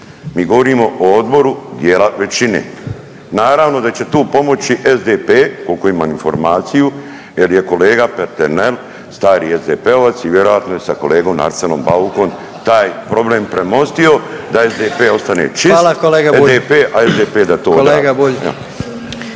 Mi govorimo o odboru dijela većine, naravno da će tu pomoći SDP koliko imam informaciju jer je kolega Peternel stari SDP-ovac i vjerojatno je sa kolegom Arsenom Baukom taj problem premostio da SDP ostane čist …/Upadica predsjednik: